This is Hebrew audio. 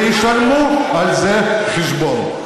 וישלמו על זה חשבון.